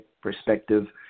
perspective